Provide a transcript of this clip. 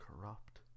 corrupt